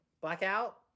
Blackout